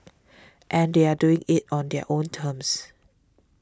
and they are doing it on their own terms